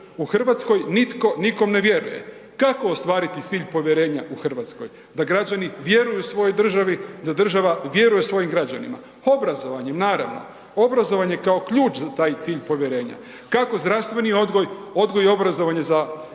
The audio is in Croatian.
U Hrvatskoj nitko nikome ne vjeruje. Kako ostvariti cilj povjerenja u Hrvatskoj da građani vjeruju svojoj državi, da država vjeruje svojim građanima? Obrazovanjem naravno. Obrazovanje je kao ključ za taj cilj povjerenja. Kako zdravstveni odgoj, odgoj i obrazovanje za